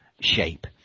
shape